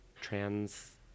trans